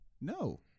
No